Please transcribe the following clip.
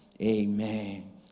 Amen